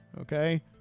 okay